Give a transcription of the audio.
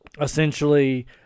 essentially